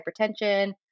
hypertension